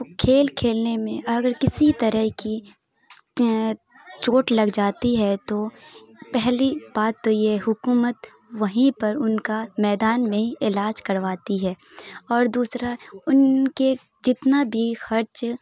کھیل کھیلنے میں اگر کسی طرح کی چوٹ لگ جاتی ہے تو پہلی بات تو یہ حکومت وہیں پر ان کا میدان میں علاج کرواتی ہے اور دوسرا ان کے جتنا بھی خرچ